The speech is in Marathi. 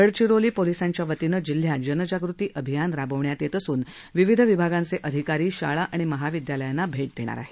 गडचिरोली पोलिसांच्या वतीनं जिल्ह्यात जनजागृती अभियान राबवण्यात येत असून विविध विभागांचे अधिकारी शाळा आणि महाविद्यालयांना भेट देणार आहेत